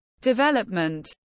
development